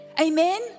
Amen